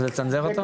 אז לצנזר אותו?